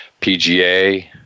PGA